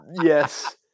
Yes